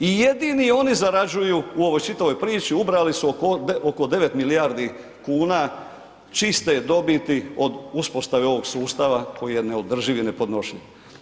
I jedini oni zarađuju u ovoj čitavoj priči, ubrali su oko 9 milijardi kuna čiste dobiti od uspostave ovog sustava koji je neodrživ i nepodnošljiv.